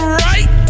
right